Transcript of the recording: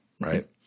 right